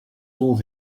told